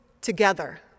together